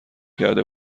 کرده